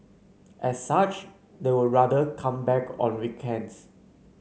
as such they would rather come back on weekends